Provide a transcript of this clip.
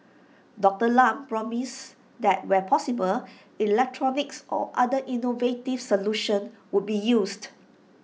Doctor Lam promised that where possible electronics or other innovative solutions would be used